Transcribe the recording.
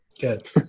Good